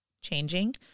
changing